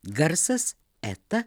garsas eta